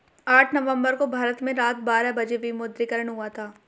आठ नवम्बर को भारत में रात बारह बजे विमुद्रीकरण हुआ था